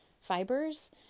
fibers